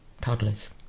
toddlers